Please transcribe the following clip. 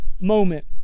moment